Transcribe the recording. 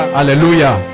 hallelujah